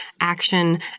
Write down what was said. action